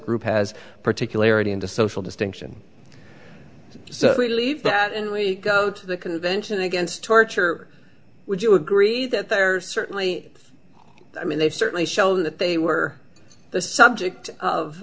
group has particularities into social distinction so we leave that and we go to the convention against torture would you agree that there's certainly i mean they certainly show that they were the subject of